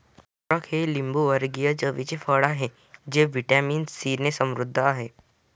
अमरख हे लिंबूवर्गीय चवीचे फळ आहे जे व्हिटॅमिन सीने समृद्ध आहे